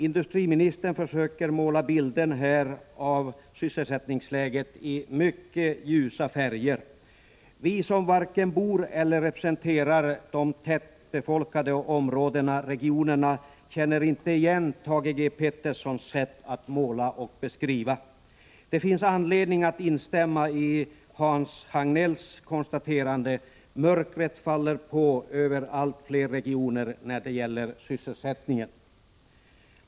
Industriministern försöker måla bilden av sysselsättningsläget i mycket ljusa färger. Vi som varken bor i eller representerar de tätbefolkade regionerna känner inte igen Thage G. Petersons sätt att måla och beskriva. Det finns anledning instämma i Hans Hagnells konstaterande: Mörkret faller på över allt fler regioner när det gäller sysselsättningen.